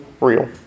real